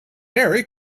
merry